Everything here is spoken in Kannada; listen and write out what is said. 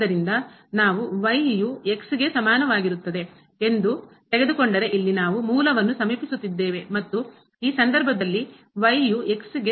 ಆದ್ದರಿಂದ ನಾವು ಗೆ ಸಮನಾಗಿರುತ್ತದೆ ಎಂದು ತೆಗೆದುಕೊಂಡರೆ ಇಲ್ಲಿ ನಾವು ಮೂಲವನ್ನು ಸಮೀಪಿಸುತ್ತಿದ್ದೇವೆ ಮತ್ತು ಈ ಸಂದರ್ಭದಲ್ಲಿ ಯು x ಗೆ